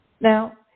Now